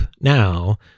now